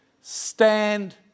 stand